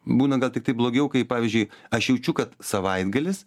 būna gal tiktai blogiau kai pavyzdžiui aš jaučiu kad savaitgalis